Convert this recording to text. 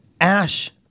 Ash